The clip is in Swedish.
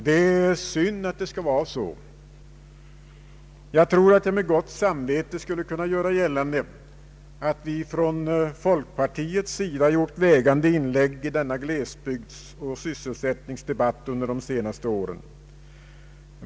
Det är synd att det skall vara så, Jag tror att jag med gott samvete skulle kunna göra gällande att vi från folkpartiets sida gjort vägande inlägg i denna glesbygdsoch sysselsättningsdebatt under de senaste åren.